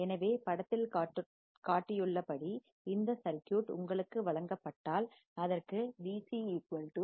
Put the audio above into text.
எனவே படத்தில் காட்டியுள்ளபடி இந்த சர்க்யூட் உங்களுக்கு வழங்கப்பட்டால் அதற்கு V c 1